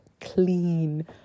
clean